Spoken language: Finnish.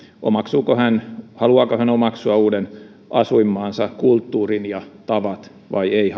omaksuuko hän ja haluaako hän omaksua uuden asuinmaansa kulttuurin ja tavat vai ei